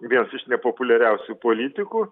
vienas iš nepopuliariausių politikų